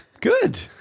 Good